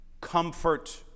comfort